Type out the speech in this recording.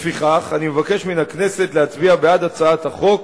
לפיכך אני מבקש מן הכנסת להצביע בעד הצעת החוק.